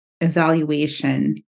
evaluation